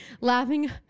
laughing